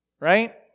Right